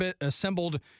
assembled